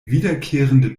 wiederkehrende